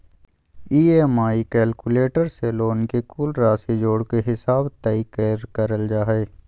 EMI calculator से loan के कुल राशि जोड़ के हिसाब तय करल जा हय